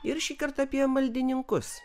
ir šįkart apie maldininkus